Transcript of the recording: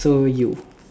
so you